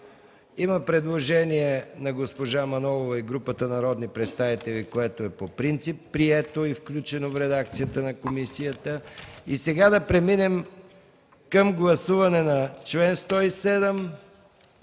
Има предложение на Мая Манолова и група народни представители, което по принцип е прието и е включено в редакцията на комисията. Сега да преминем към гласуване на членове 107